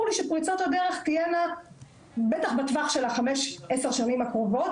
לי שפריצת הדרך תהיה בערך בטווח של 5-10 שנים הקרובות